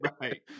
right